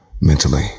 Mentally